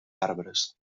arbres